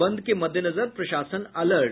बंद के मद्देनजर प्रशासन अलर्ट